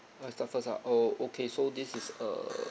I start first ah oh okay so this is err